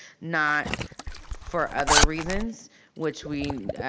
not for other reasons which we,